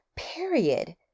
period